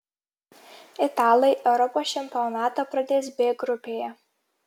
italai europos čempionatą pradės b grupėje